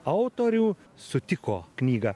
autorių sutiko knygą